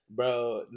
Bro